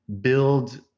build